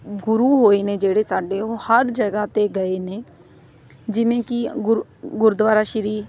ਗੁਰੂ ਹੋਏ ਨੇ ਜਿਹੜੇ ਸਾਡੇ ਉਹ ਹਰ ਜਗ੍ਹਾ 'ਤੇ ਗਏ ਨੇ ਜਿਵੇਂ ਕਿ ਗੁਰ ਗੁਰਦੁਆਰਾ ਸ਼੍ਰੀ